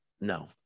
No